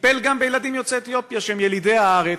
טיפל גם בילדים יוצאי אתיופיה שהם ילידי הארץ.